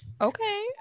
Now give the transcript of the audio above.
Okay